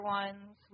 ones